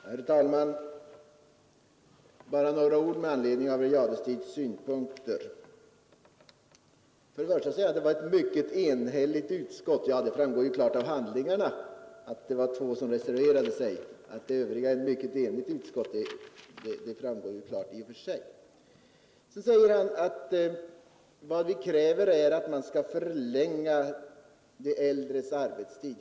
Herr talman! Bara några ord med anledning av herr Jadestigs anförande. För det första sade han att utskottet var mycket enigt. Ja, det framgår klart av handlingarna, att två ledamöter reserverade sig. Herr Jadestig påstår att vi vill en förlängning av de äldres arbetstid efter pensionstiden.